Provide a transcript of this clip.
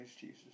Jesus